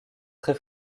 très